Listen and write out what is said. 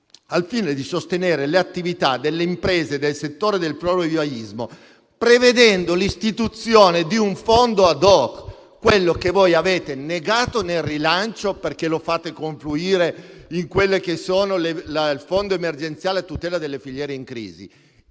al fine di sostenere le attività delle imprese del settore del florovivaismo, prevedendo l'istituzione di un fondo *ad hoc* (quello che voi avete negato nel decreto rilancio perché lo fate confluire nel Fondo emergenziale a tutela delle filiere in crisi).